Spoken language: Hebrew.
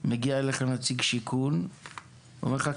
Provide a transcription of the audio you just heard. מגיע אליך נציג שיכון ואומר לך,